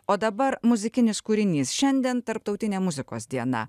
o dabar muzikinis kūrinys šiandien tarptautinė muzikos diena